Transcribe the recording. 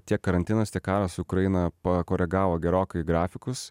tiek karantinas tiek karas su ukraina pakoregavo gerokai grafikus